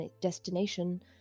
destination